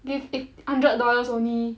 give a hundred dollars only